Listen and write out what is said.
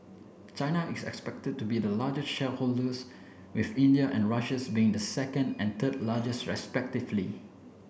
china is expected to be the largest shareholders with India and Russia's being the second and third largest respectively